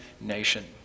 nation